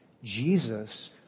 Jesus